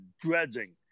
dredging